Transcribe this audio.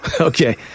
Okay